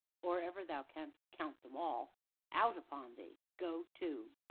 or ever thou canst count them all out upon thee go to!